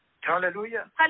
Hallelujah